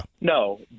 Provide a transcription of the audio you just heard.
No